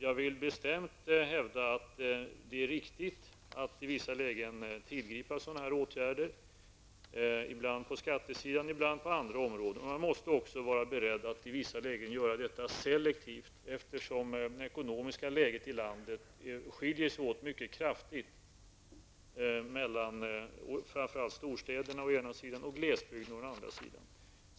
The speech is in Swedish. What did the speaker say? Jag vill bestämt hävda att det är riktigt att i vissa lägen tillgripa sådana här åtgärder, ibland på skattesidan, ibland på andra områden. Man måste också vara beredd att i vissa lägen göra detta selektivt, eftersom det ekonomiska läget i landet skiljer sig åt kraftigt mellan framför allt storstäderna å ena sidan och glesbygden å andra sidan.